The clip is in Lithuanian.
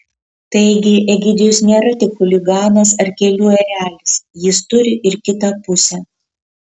taigi egidijus nėra tik chuliganas ar kelių erelis jis turi ir kitą pusę